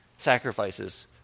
sacrifices